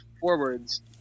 forwards